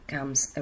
Comes